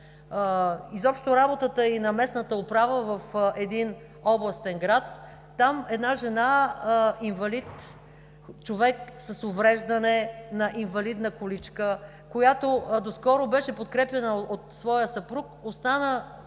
с работата и на местната управа в един областен град. Там една жена инвалид, човек с увреждане, на инвалидна количка, която доскоро беше подкрепяна от своя съпруг, остана